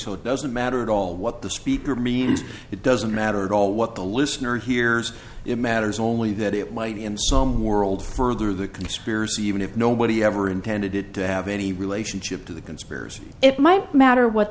so it doesn't matter at all what the speaker means it doesn't matter at all what the listener hears it matters only that it white in some world further the conspiracy even if nobody ever intended it to have any relationship to the conspirators it might matter what